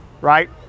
right